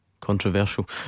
Controversial